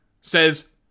says